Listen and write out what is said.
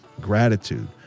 gratitude